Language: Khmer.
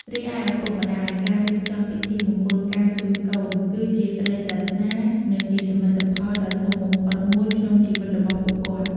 រីឯ ឪពុកម្តាយ ការរៀបចំពិធីមង្គលការជូនកូន គឺជាក្តីប្រាថ្នា និងជាសមិទ្ធផលដ៏ធំបំផុតមួយក្នុងជីវិតរបស់ពួកគាត់។